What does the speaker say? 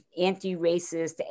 anti-racist